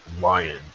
lion